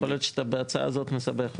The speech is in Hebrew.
יכול להיות שבהצעה הזאת, אתה מסבך.